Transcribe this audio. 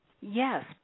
Yes